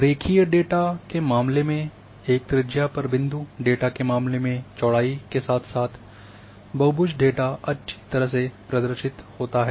रेखीय डेटा के मामले में एक त्रिज्या पर बिंदु डेटा के मामले में चौड़ाई के साथ साथ बहुभुज डेटा अच्छी तरह से प्रदर्शित होता है